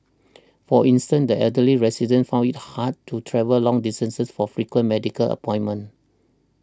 for instance the elderly residents found it hard to travel long distances for frequent medical appointments